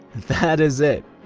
that is it.